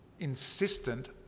Insistent